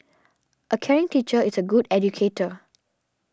a caring teacher is a good educator